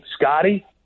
Scotty